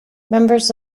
members